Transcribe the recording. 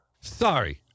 Sorry